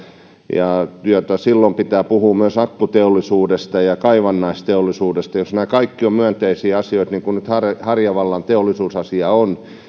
ja silloin pitää puhua myös akkuteollisuudesta ja kaivannaisteollisuudesta jos nämä kaikki ovat myönteisiä asioita niin kuin nyt harjavallan teollisuusasia on